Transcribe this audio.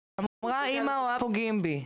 אמרה: אימא או אבא פוגעים בי,